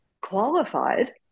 qualified